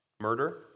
murder